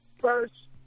first